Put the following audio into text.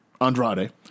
Andrade